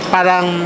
Parang